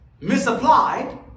misapplied